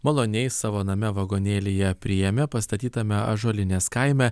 maloniai savo name vagonėlyje priėmė pastatytame ąžuolinės kaime